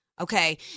okay